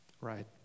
Right